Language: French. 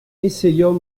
essayons